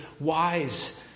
wise